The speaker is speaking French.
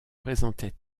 présentait